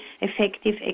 effective